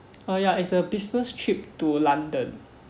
uh ya it's a business trip to london